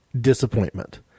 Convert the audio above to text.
disappointment